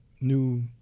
New